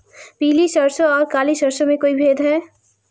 पीली सरसों और काली सरसों में कोई भेद है?